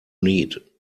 need